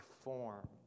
form